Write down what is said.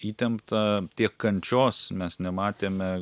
įtempta tiek kančios mes nematėme